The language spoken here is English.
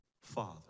father